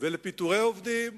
ולפיטורי עובדים.